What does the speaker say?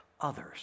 others